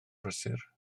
brysur